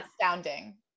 astounding